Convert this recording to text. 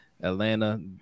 Atlanta